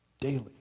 daily